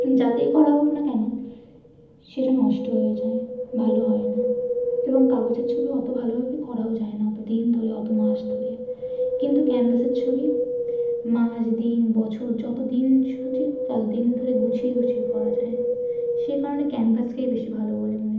যাতেই করা হোক না কেন সেটা নষ্ট হয়ে যায় ভালো হয় না এবং কাগজের ছবি অত ভালোভাবে করাও যায় না অত দিন ধরে অত মাস ধরে কিন্তু ক্যানভাসের ছবি মাস দিন বছর যত দিন ছুটি তত দিন ধরে গুছিয়ে গুছিয়ে করা যায় সেই কারণে ক্যানভাসকেই বেশি ভালো বলে মনে হয়